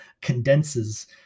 condenses